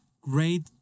great